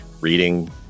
reading